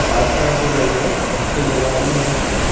कार्पासेनैव वस्त्रनिर्माणं भवति